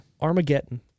Armageddon